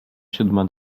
siódma